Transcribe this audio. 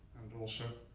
and also.